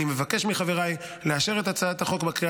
אני מבקש מחבריי לאשר את הצעת החוק בקריאה